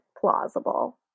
plausible